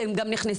והם גם נכנסו.